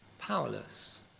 powerless